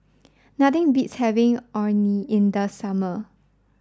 nothing beats having Orh Nee in the summer